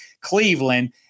Cleveland